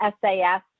SAS